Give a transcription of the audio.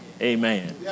Amen